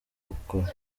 gukora